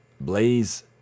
Blaze